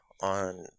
on